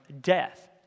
death